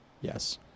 Yes